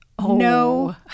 No